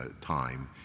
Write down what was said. time